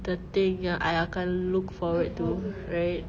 the thing yang I akan look forward to right